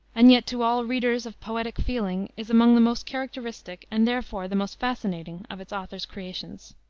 and yet to all readers of poetic feeling is among the most characteristic, and, therefore, the most fascinating, of its author's creations.